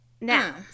Now